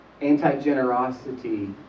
anti-generosity